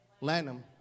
Lanham